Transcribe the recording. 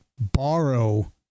borrow